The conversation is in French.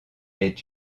est